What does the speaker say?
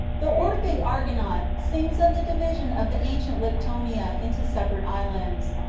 the orphic argonaut sings of the division of the ancient lyktonia into separate islands.